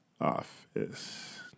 office